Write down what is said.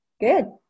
Good